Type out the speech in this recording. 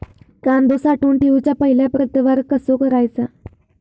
कांदो साठवून ठेवुच्या पहिला प्रतवार कसो करायचा?